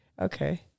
Okay